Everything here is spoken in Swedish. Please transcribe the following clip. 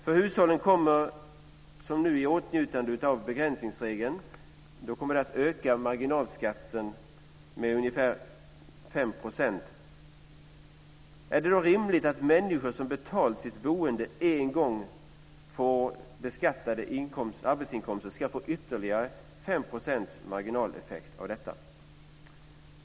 För hushåll som kommer i åtnjutande av begränsningsregeln kommer marginalskatten att öka med ungefär 5 %. Är det då rimligt att människor som betalat sitt boende en gång för beskattade arbetsinkomster ska få ytterligare 5 % marignaleffekt av detta?